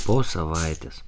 po savaitės